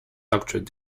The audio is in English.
doctorate